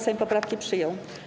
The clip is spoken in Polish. Sejm poprawki przyjął.